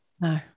No